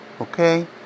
okay